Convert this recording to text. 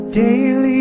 daily